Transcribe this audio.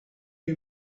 you